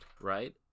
Right